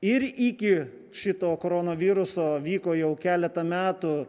ir iki šito koronaviruso vyko jau keletą metų